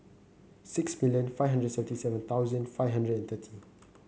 six million five hundred seventy seven thousand five hundred and thirty